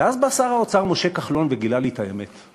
ואז בא שר האוצר משה כחלון וגילה לי את האמת.